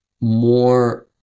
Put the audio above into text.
more